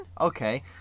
Okay